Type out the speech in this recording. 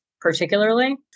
particularly